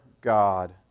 God